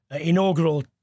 inaugural